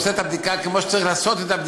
עושה את הבדיקה כמו שצריך לעשות אותה.